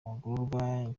n’abagororwa